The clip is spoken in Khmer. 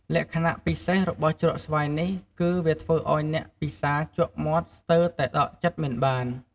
លក្ខណៈពិសេសរបស់ជ្រក់ស្វាយនេះគឺ វាធ្វើឲ្យអ្នកពិសាជក់មាត់ស្ទើរតែដកចិត្តមិនបាន។